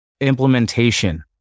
implementation